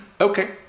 Okay